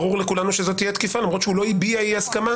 ברור לכולנו שזאת תהיה תקיפה למרות שהוא לא הביע אי הסכמה.